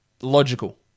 logical